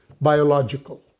biological